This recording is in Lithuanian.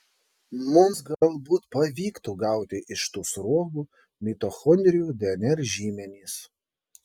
mums galbūt pavyktų gauti iš tų sruogų mitochondrijų dnr žymenis